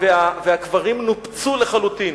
והקברים נופצו לחלוטין.